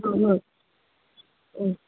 অঁ হয় অঁ